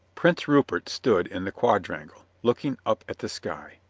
prince rupert stood in the quadrangle, looking up at the sky,